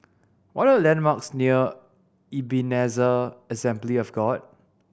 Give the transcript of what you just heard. what are the landmarks near Ebenezer Assembly of God